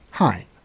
Hi